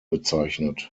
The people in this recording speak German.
bezeichnet